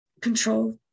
control